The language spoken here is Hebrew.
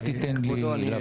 אל תיתן לי להפסיק אותך.